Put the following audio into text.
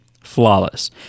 Flawless